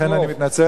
לכן אני מתנצל,